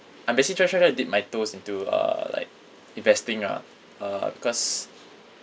I'm basically just just trying to dip my toes into uh like investing ah uh because